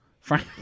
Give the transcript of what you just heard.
Frank